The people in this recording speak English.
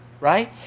right